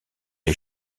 est